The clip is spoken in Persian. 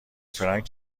فرانک